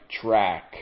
track